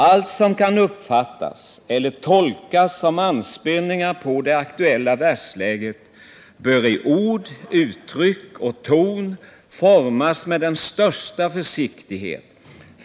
Allt som kan uppfattas eller tolkas som anspelningar på det aktuella världsläget, bör i ord, uttryck och ton formas med den största försiktighet.